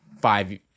five